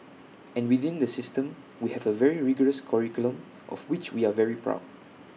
and within the system we have A very rigorous curriculum of which we are very proud